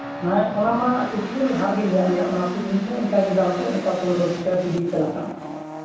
ᱦᱮᱸ ᱚᱱᱟᱢᱟ ᱠᱤᱪᱷᱩ ᱠᱷᱚᱱ ᱞᱟᱦᱟ ᱨᱮᱜᱤᱧ ᱞᱟᱹᱭᱟᱫ ᱢᱮᱭᱟ ᱚᱱᱟᱠᱚ ᱡᱤᱱᱤᱥ ᱦᱚᱸ ᱤᱱᱠᱟᱹᱜᱮ ᱫᱟᱢ ᱫᱚ ᱚᱱᱠᱟ ᱯᱚᱸᱫᱽᱨᱚ ᱵᱤᱥ ᱴᱟᱠᱟ ᱠᱮᱡᱤ ᱜᱮ ᱪᱟᱞᱟᱜ ᱠᱟᱱᱟ